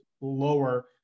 lower